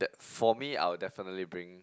that for me I'll definitely bring